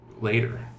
later